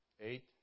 Eight